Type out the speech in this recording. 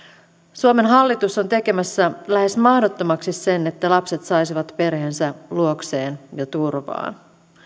suomen hallitus on tekemässä lähes mahdottomaksi sen että lapset saisivat perheensä luokseen ja turvaan